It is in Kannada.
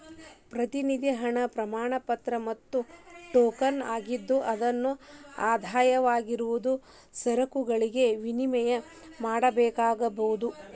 ಪ್ರತಿನಿಧಿ ಹಣ ಪ್ರಮಾಣಪತ್ರ ಮತ್ತ ಟೋಕನ್ ಆಗಿದ್ದು ಅದನ್ನು ಆಧಾರವಾಗಿರುವ ಸರಕುಗಳಿಗೆ ವಿನಿಮಯ ಮಾಡಕೋಬೋದು